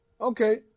Okay